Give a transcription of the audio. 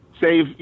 save